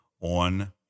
on